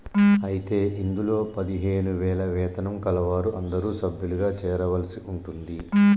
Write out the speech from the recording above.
అయితే ఇందులో పదిహేను వేల వేతనం కలవారు అందరూ సభ్యులుగా చేరవలసి ఉంటుంది